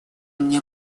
мне